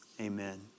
Amen